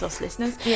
listeners